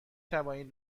توانید